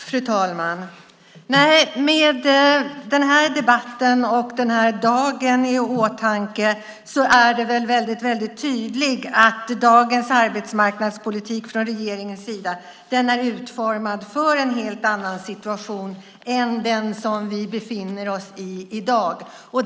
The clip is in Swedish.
Fru talman! Med den här debatten och den här dagen i åtanke är det väldigt tydligt att dagens arbetsmarknadspolitik från regeringens sida är utformad för en helt annan situation än den som vi i dag befinner oss i.